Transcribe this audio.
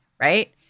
right